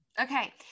Okay